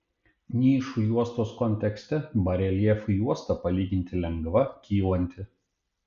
nišų juostos kontekste bareljefų juosta palyginti lengva kylanti